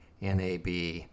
NAB